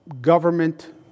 government